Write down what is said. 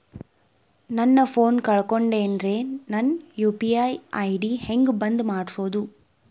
ನನ್ನ ಫೋನ್ ಕಳಕೊಂಡೆನ್ರೇ ನನ್ ಯು.ಪಿ.ಐ ಐ.ಡಿ ಹೆಂಗ್ ಬಂದ್ ಮಾಡ್ಸೋದು?